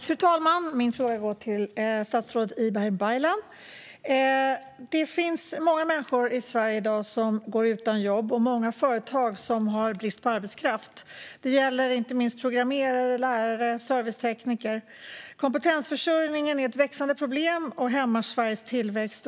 Fru talman! Min fråga går till statsrådet Ibrahim Baylan. Det finns många människor i Sverige i dag som går utan jobb. Samtidigt har många företag brist på arbetskraft. Det gäller inte minst programmerare, lärare och servicetekniker. Kompetensförsörjningen är ett växande problem och hämmar Sveriges tillväxt.